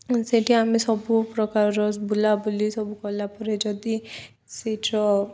ସେଠି ଆମେ ସବୁ ପ୍ରକାରର ବୁଲା ବୁଲି ସବୁ କଲା ପରେ ଯଦି ସେଠିର